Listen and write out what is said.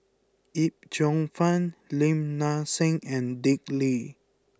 Yip Cheong Fun Lim Nang Seng and Dick Lee